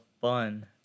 fun